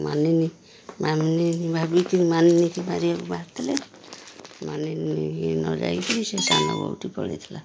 ମାନିନୀ ମାନିନୀ ଭାବିକି ମାନିନୀକି ମାରିବାକୁ ବାହାରିଥିଲେ ମାନିନୀକି ନ ଯାଇକି ସେ ସାନ ବୋହୂଟି ପଳେଇଥିଲା